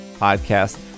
podcast